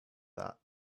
that